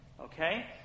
Okay